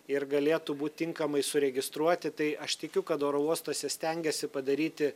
ir galėtų būt tinkamai suregistruoti tai aš tikiu kad oro uostuose stengiasi padaryti